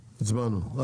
הצבעה הסעיף אושר.